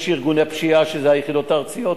יש ארגוני פשיעה, וזה היחידות הארציות.